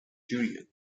julien